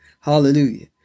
Hallelujah